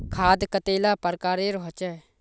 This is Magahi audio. खाद कतेला प्रकारेर होचे?